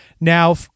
now